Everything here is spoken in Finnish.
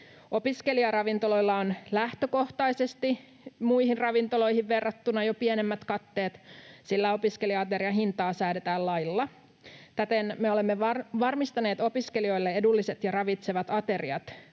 Opiskelijaravintoloilla on lähtökohtaisesti muihin ravintoloihin verrattuna jo pienemmät katteet, sillä opiskelija-aterian hinnasta säädetään lailla. Täten me olemme varmistaneet opiskelijoille edulliset ja ravitsevat ateriat.